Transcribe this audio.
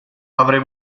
avrei